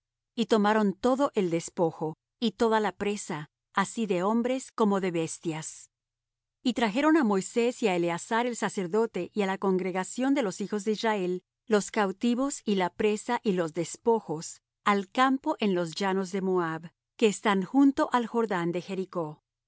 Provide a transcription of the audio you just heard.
y tomaron todo el despojo y toda la presa así de hombres como de bestias y trajeron á moisés y á eleazar el sacerdote y á la congregación de los hijos de israel los cautivos y la presa y los despojos al campo en los llanos de moab que están junto al jordán de jericó